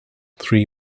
three